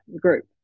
group